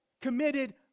committed